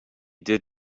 did